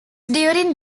during